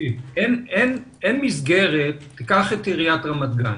אין מסגרת קח את עיריית רמת גן.